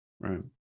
right